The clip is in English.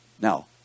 Now